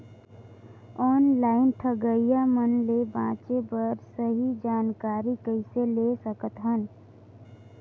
Online ठगईया मन ले बांचें बर सही जानकारी कइसे ले सकत हन?